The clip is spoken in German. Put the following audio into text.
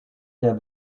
der